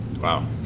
Wow